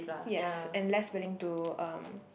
yes and less willing to um